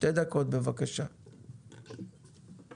בוקר טוב.